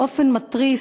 באופן מתריס,